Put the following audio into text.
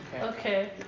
Okay